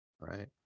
right